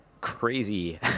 crazy